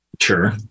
sure